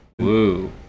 Woo